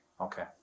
Okay